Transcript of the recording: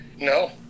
No